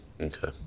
okay